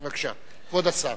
בבקשה, כבוד השר.